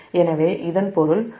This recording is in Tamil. எனவே இதன் பொருள் 1